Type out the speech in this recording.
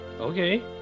okay